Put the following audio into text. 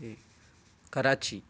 Karachi